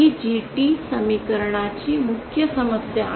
ही GT समीकरणाची मुख्य समस्या आहे